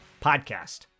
podcast